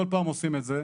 כל פעם עושים את זה,